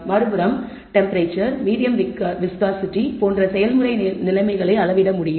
மறுபுறம் temperature medium viscosity போன்ற செயல்முறை நிலைமைகளை அளவிட முடியும்